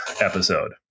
episode